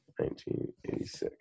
1986